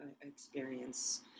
Experience